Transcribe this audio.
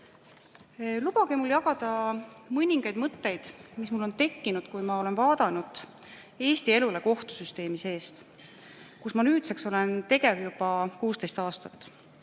Lubage mul jagada mõningaid mõtteid, mis mul on tekkinud, kui ma olen vaadanud Eesti elule kohtusüsteemi seest, kus ma nüüdseks olen tegev olnud juba 16 aastat.